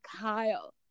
kyle